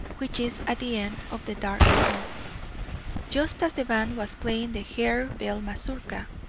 which is at the end of the dark hall just as the band was playing the harebell mazurka,